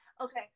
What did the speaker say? Okay